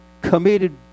committed